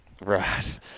Right